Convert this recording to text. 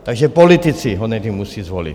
Takže politici ho nejdřív musí zvolit.